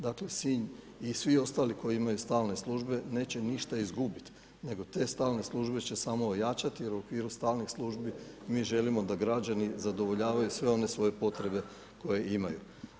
Dakle Sinj i svi ostali koji imaju stalne službe neće ništa izgubit, nego te stalne službe će samo ojačat jer u okviru stalne službe mi želimo da građani zadovoljavaju sve one svoje potrebe koje imaju.